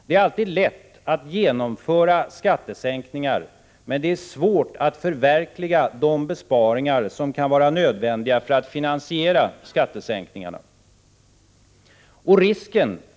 Det är alltid lätt att genomföra skattesänkningar, men det är svårt att förverkliga de besparingar som kan vara nödvändiga för att finansiera skattesänkningarna.